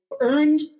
earned